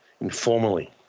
Informally